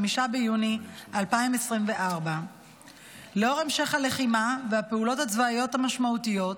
5 ביוני 2024. עקב המשך הלחימה והפעולות הצבאיות המשמעותיות,